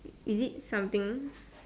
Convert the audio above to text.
is it something